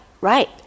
right